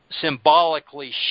symbolically